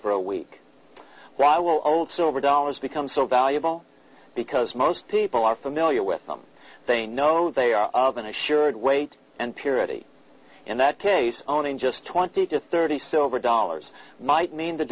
for a week rather will old silver dollars become so valuable because most people are familiar with them they know they are of an assured weight and purity in that case owning just twenty to thirty silver dollars might mean the